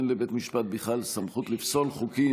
אין לבית משפט בכלל סמכות לפסול חוקים,